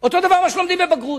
אותו דבר כמו שלומדים לבגרות.